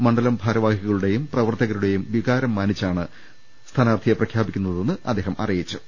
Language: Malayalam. മണ്ഡലം ഭാരവാഹിക ളുടെയും പ്രവർത്തകരുടെയും വികാരം മാനിച്ചാണ് സ്ഥാനാർഥിയെ പ്രഖ്യാപിക്കുന്നതെന്നും അദ്ദേഹം അറിയിച്ചു